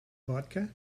vodka